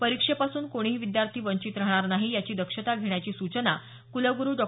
परीक्षेपासून कोणीही विद्यार्थी वंचित राहणार नाही याची दक्षता घेण्याची सूचना कुलगुरु डॉ